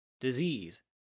Disease